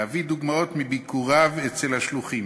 להביא דוגמאות מביקוריו אצל השלוחים.